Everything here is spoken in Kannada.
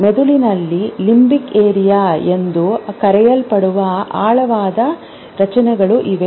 ಮೆದುಳಿನಲ್ಲಿ "ಲಿಂಬಿಕ್ ಏರಿಯಾ" ಎಂದು ಕರೆಯಲ್ಪಡುವ ಆಳವಾದ ರಚನೆಗಳು ಇವೆ